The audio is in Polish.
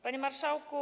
Panie Marszałku!